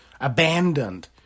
abandoned